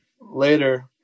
later